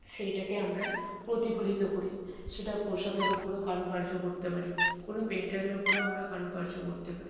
সেইটাকে আমরা প্রতিফলিত করি সেটা পোশাকের ওপরেও কারুকার্য করতে পারি কোনো পেন্টারের ওপরেও আমরা কারুকার্য করতে পারি